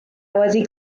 wedi